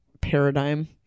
paradigm